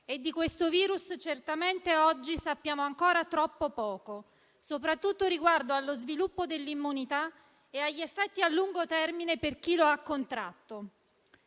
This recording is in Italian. e di questo virus certamente oggi sappiamo ancora troppo poco, soprattutto riguardo allo sviluppo dell'immunità e agli effetti a lungo termine per chi lo ha contratto.